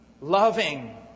Loving